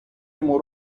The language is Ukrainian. йому